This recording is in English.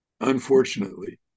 unfortunately